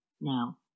Now